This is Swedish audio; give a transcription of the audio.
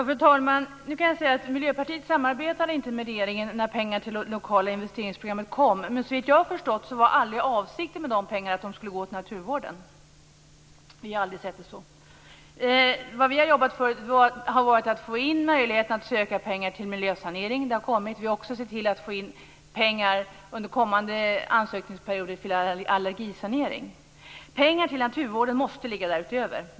Fru talman! Miljöpartiet samarbetade inte med regeringen när pengar till de lokala investeringsprogram tillfördes. Men såvitt jag har förstått var avsikten med dessa pengar aldrig att de skulle gå till naturvården. Vi har aldrig sett det så. Det som vi har jobbat för är att få in möjligheten att söka pengar till miljösanering. Det har skett. Vi har också sett till att få in pengar under kommande ansökningsperioder för allergisanering. Pengar till naturvården måste ligga därutöver.